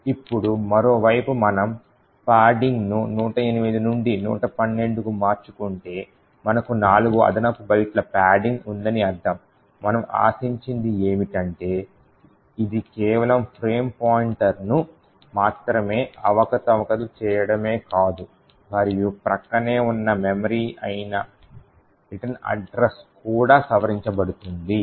ఇప్పుడు మరోవైపు మనం పాడింగ్ను 108 నుండి 112కు మార్చుకుంటే మనకు నాలుగు అదనపు బైట్ల పాడింగ్ ఉందని అర్థం మనం ఆశించేది ఏమిటంటే ఇది కేవలం ఫ్రేమ్ పాయింటర్కు మాత్రమే అవకతవకలు చేయడమే కాదు మరియు ప్రక్కనే ఉన్న మెమరీ అయిన రిటర్న్ అడ్రస్ కూడా సవరించబడుతుంది